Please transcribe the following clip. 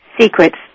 Secrets